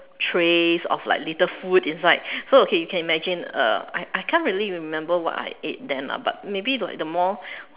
trays of like little food inside so okay you can imagine uh I I can't really remember what I ate then lah maybe like the more